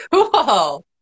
Cool